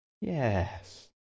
Yes